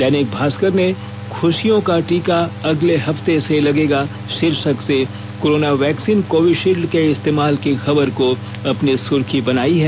दैनिक भास्कर ने खुशियों का टीका अगले हफ्ते से लगेगा शीर्षक से कोरोना वैक्सीन कोविशील्ड के इस्तेमाल की खबर को अपनी सुर्खी बनाई है